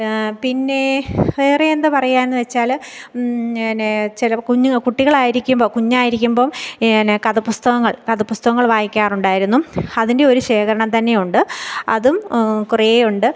പിന്നേ വേറെ എന്താ പറയുക എന്നു വെച്ചാൽ എനേ ചിലപ്പം കുഞ്ഞുക കുട്ടികളായിരിക്കുമ്പം കുഞ്ഞായിരിക്കുമ്പം നെ കഥാ പുസ്തകങ്ങള് കഥാ പുസ്തകങ്ങൾ വായിക്കാറുണ്ടായിരുന്നു അതിന്റെ ഒരു ശേഖരണം തന്നെയുണ്ട് അതും കുറേ ഉണ്ട്